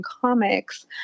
comics